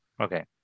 okay